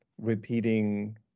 repeating